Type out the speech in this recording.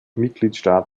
mitgliedstaat